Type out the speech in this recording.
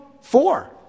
four